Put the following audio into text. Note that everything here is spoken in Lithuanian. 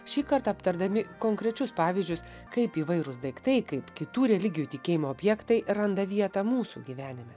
šįkart aptardami konkrečius pavyzdžius kaip įvairūs daiktai kaip kitų religijų tikėjimo objektai randa vietą mūsų gyvenime